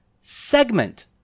segment